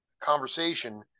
conversation